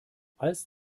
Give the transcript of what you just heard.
als